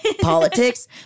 politics